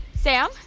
Sam